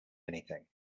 anything